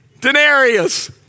denarius